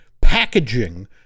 packaging